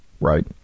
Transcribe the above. right